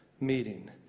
meeting